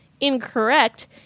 incorrect